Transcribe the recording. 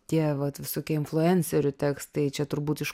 tie vat visokie influencerių tekstai čia turbūt iš